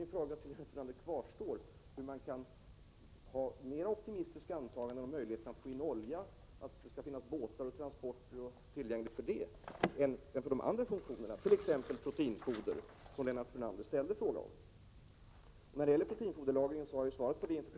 Min fråga till Lennart Brunander kvarstår: Hur kan man göra mera optimistiska antaganden när det gäller möjligheterna att få in olja — att det då skall finnas båtar och andra transportmöjligheter tillgängliga — än andra produkter, t.ex. proteinfoder, som Lennart Brunander har ställt en fråga om? Jag har ju svarat på frågan om proteinfoderlagringen i mitt första inlägg.